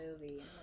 movie